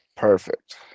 perfect